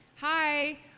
Hi